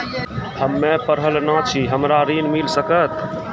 हम्मे पढ़ल न छी हमरा ऋण मिल सकत?